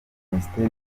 minisiteri